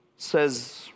says